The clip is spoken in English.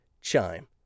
Chime